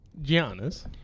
Giannis